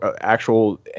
actual